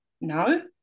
no